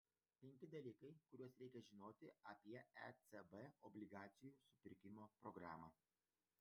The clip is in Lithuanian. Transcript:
penki dalykai kuriuos reikia žinoti apie ecb obligacijų supirkimo programą